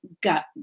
got